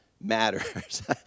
matters